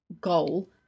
goal